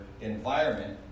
environment